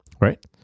Right